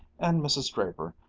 and mrs. draper,